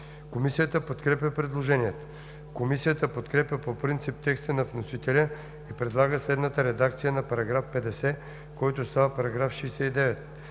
Комисията подкрепя предложението. Комисията подкрепя по принцип текста на вносителя и предлага следната редакция на § 50, който става § 69: „§ 69.